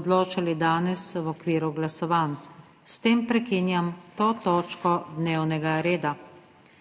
odločali danes v okviru glasovanj. S tem prekinjam to točko dnevnega reda.